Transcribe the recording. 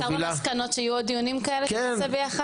אפשר במסקנות שיהיו עוד דיונים כאלה שנעשה ביחד?